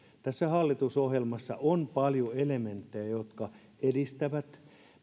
tässä hallitusohjelmassa on paljon elementtejä jotka edistävät